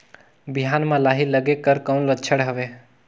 बिहान म लाही लगेक कर कौन लक्षण हवे?